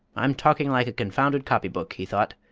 i'm talking like a confounded copybook, he thought,